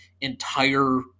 entire